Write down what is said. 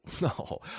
no